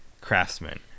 craftsman